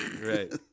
Right